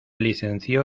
licenció